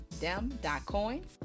Dem.Coins